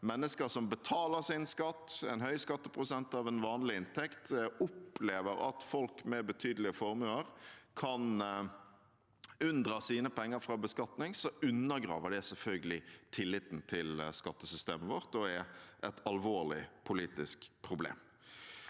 mennesker som betaler sin skatt, en høy skatteprosent av en vanlig inntekt, opplever at folk med betydelige formuer kan unndra sine penger fra beskatning, undergraver det selvfølgelig tilliten til skattesystemet vårt og er et alvorlig politisk problem.